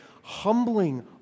humbling